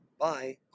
Bye